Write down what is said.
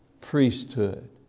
priesthood